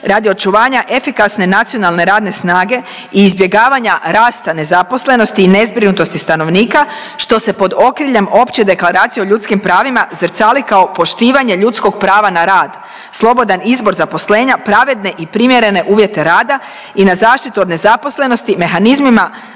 radi očuvanja efikasne nacionalne radne snage i izbjegavanja rasta nezaposlenosti i nezbrinutosti stanovnika što se pod okriljem Opće deklaracije o ljudskim pravima zrcali kao poštivanje ljudskog prava na rad, slobodan izbor zaposlenja, pravedne i primjerene uvjete rada i na zaštitu od nezaposlenosti mehanizmima